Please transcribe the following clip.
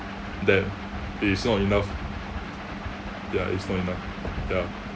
that it is not enough ya is not enough ya